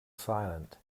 silent